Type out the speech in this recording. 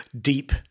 deep